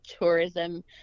tourism